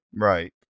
Right